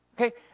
Okay